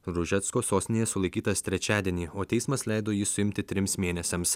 ružecko sostinėje sulaikytas trečiadienį o teismas leido jį suimti trims mėnesiams